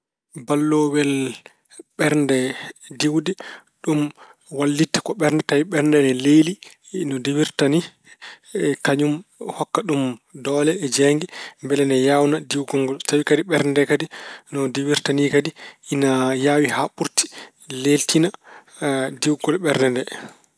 Balloowel ɓernde diwde ɗum wallitta ko ɓernde, tawi ɓernde ne leeli, no diwirta ni. Kañum hokka ɗum doole e jeeynge mbele ene yaawna diwgol ngol. Tawi kadi ɓernde nde kadi no diwirta ni kadi ina yaawi haa ɓurti, leeltina diwgol ɓernde nde.